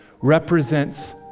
represents